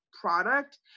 product